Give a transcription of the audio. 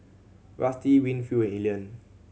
Rusty Winfield and Elian